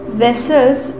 vessels